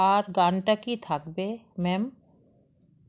আর গানটা কি থাকবে ম্যাম